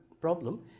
problem